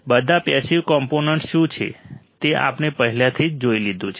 બધા passive components શું છે તે આપણે પહેલાથી જ જોઈ લીધું છે